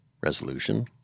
resolution